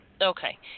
Okay